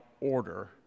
order